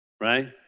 right